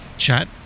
chat